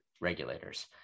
regulators